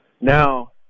Now